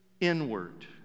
inward